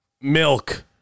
Milk